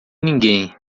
ninguém